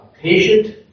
patient